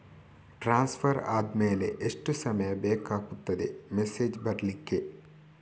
Transfer ಆದ್ಮೇಲೆ ಎಷ್ಟು ಸಮಯ ಬೇಕಾಗುತ್ತದೆ ಮೆಸೇಜ್ ಬರ್ಲಿಕ್ಕೆ?